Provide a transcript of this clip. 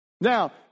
Now